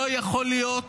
לא יכול להיות